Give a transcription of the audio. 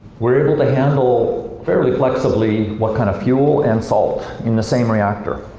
we're able to handle, fairly flexibly, what kind of fuel and salt in the same reactor.